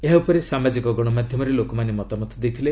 ଏହା ଉପରେ ସାମାଜିକ ଗଣମାଧ୍ୟମରେ ଲୋକମାନେ ମତାମତ ଦେଇଥିଲେ